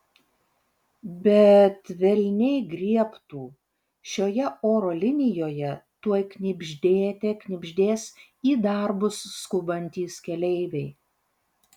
bet velniai griebtų šioje oro linijoje tuoj knibždėte knibždės į darbus skubantys keleiviai